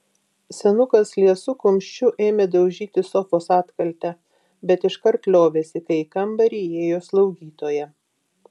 senukas liesu kumščiu ėmė daužyti sofos atkaltę bet iškart liovėsi kai į kambarį įėjo slaugytoja